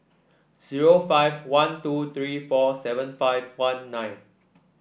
zero five one two three four seven five one nine